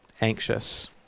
anxious